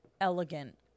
elegant